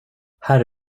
här